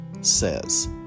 says